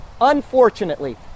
unfortunately